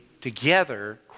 together